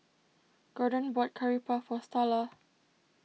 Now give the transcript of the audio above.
Gordon bought Curry Puff for Starla